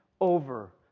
over